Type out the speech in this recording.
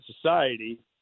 society